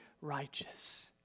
righteous